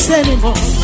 anymore